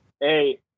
Hey